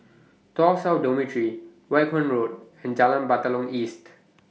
Tuas South Dormitory Vaughan Road and Jalan Batalong East